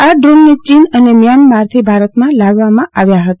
આ ડ્રોનને ચીન અને મ્યાનમારથી ભારતમાં લાવવામાં આવ્યા હતા